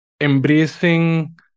embracing